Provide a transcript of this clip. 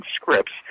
scripts